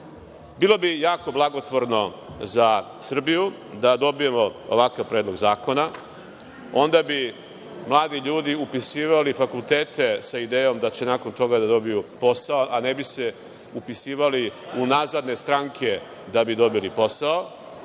bi jako blagotvorno za Srbiju da dobijemo ovakav Predlog zakona. Onda bi mladi ljudi upisivali fakultete sa idejom da će nakon toga da dobiju posao, a ne bi se upisivali u nazadne stranke da bi dobili posao.